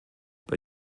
bei